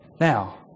Now